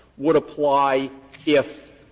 would apply if,